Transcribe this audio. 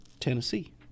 Tennessee